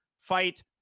Fight